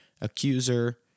accuser